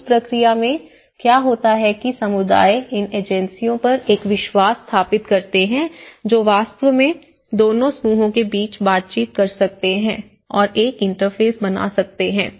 उस प्रक्रिया में क्या होता है कि समुदाय इन एजेंसियों पर एक विश्वास स्थापित करते हैं जो वास्तव में दोनों समूहों के बीच बातचीत कर सकते हैं और एक इंटरफ़ेस बना सकते हैं